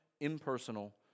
impersonal